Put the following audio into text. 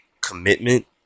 commitment